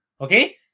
Okay